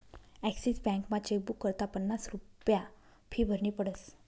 Axis बॅकमा chequebook करता पन्नास रुप्या फी भरनी पडस